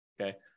okay